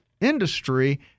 industry